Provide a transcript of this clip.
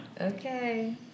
Okay